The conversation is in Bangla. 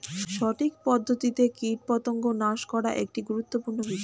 সঠিক পদ্ধতিতে কীটপতঙ্গ নাশ করা একটি গুরুত্বপূর্ণ বিষয়